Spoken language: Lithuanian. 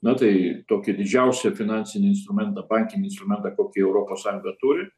na tai tokį didžiausią finansinį instrumentą bankinį instrumentą kokį europos sąjunga turi